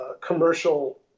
commercial